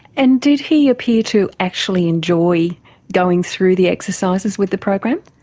and did he appear to actually enjoy going through the exercises with the program?